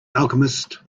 alchemist